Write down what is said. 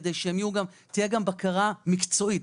כדי שתהיה גם בקרה מקצועית.